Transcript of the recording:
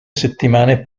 settimane